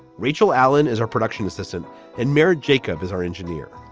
rachel allen is our production assistant and married. jacob is our engineer.